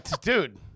dude